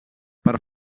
per